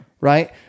Right